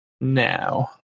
now